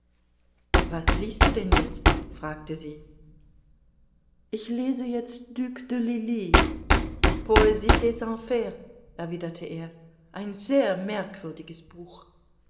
was liest du denn jetzt fragte sie ich lese jetzt duc de lilie posie des enfers erwiderte er ein sehr merkwürdiges buch